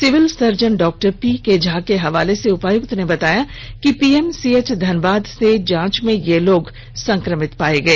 civil surgeon doctor P K Jha के हवाले से उपायुक्त ने बताया कि पीएमसीएच धनबाद से जांच में ये लोग संक्रमित पाए गए